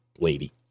lady